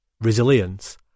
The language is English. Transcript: resilience